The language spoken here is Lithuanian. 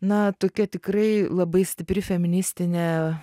na tokia tikrai labai stipri feministinė